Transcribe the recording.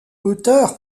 auteur